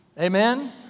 Amen